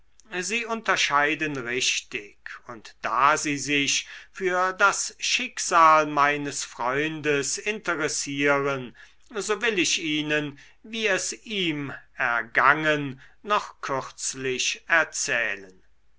sie unterscheiden richtig und da sie sich für das schicksal meines freundes interessieren so will ich ihnen wie es ihm ergangen noch kürzlich erzählen